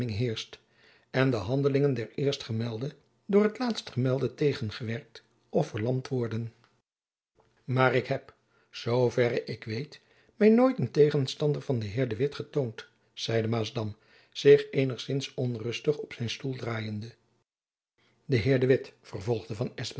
en de handelingen der eerstgemelde door het laatstgemelde tegengewerkt of verlamd worden maar ik heb zoo verre ik weet my nooit een tegenstander van den heer de witt getoond zeide maasdam zich eenigzins onrustig op zijn stoel draaiende de heer de witt vervolgde